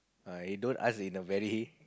ah he don't ask in a very